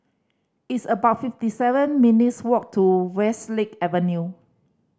it's about fifty seven minutes' walk to Westlake Avenue